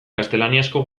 gaztelaniazko